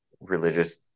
religious